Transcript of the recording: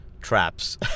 traps